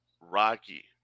Rocky